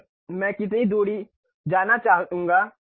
अब मैं कितनी दूर जानना चाहूंगा